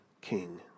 king